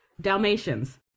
Dalmatians